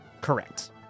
Correct